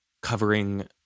covering